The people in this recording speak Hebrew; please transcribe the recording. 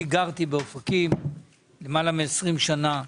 כי אני גרתי באופקים למעלה מ-20 שנה.